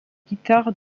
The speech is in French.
guitares